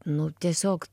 nu tiesiog